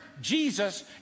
Jesus